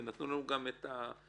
והם גם נתנו לנו את המספרים.